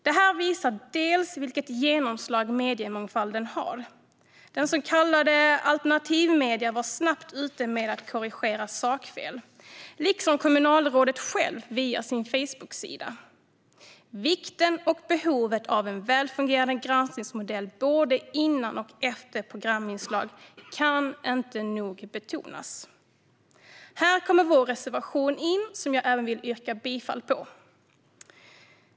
Det här visar vilket stort genomslag mediemångfalden har. De så kallade alternativa medierna var snabbt ute med att korrigera sakfelet, liksom kommunalrådet själv via sin Facebooksida. Vikten och behovet av en väl fungerande granskningsmodell både före och efter programinslag kan inte nog betonas. Här kommer vår reservation in, som jag även vill yrka bifall till.